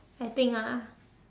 I think ah